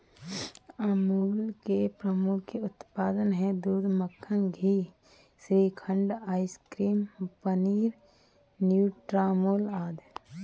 अमूल के प्रमुख उत्पाद हैं दूध, मक्खन, घी, श्रीखंड, आइसक्रीम, पनीर, न्यूट्रामुल आदि